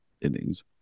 innings